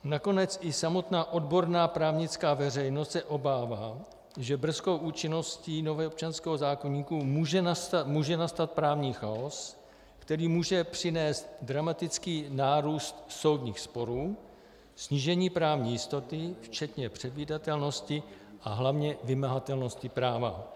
Nakonec i samotná odborná právnická veřejnost se obává, že brzkou účinností nového občanského zákoníku může nastat právní chaos, který může přinést dramatický nárůst soudních sporů, snížení právní jistoty, včetně předvídatelnosti a hlavně vymahatelnosti práva.